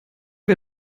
wir